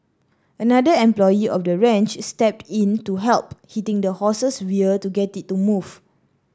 another employee of the ranch stepped in to help hitting the horse's rear to get it to move